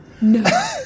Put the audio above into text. No